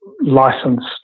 licensed